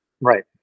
Right